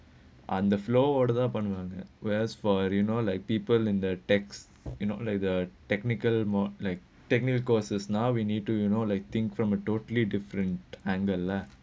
அதே:athae flow whereas for uh you know like people in the tax you know like the technical more like technical courses now we need to you know think from a totally different angle leh